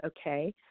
okay